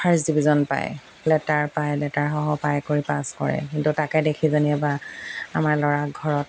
first division পায় letter পায় letter সহ পাই কৰি পাছ কৰে কিন্তু তাকে দেখি যেনিয়ে বা আমাৰ ল'ৰাক ঘৰত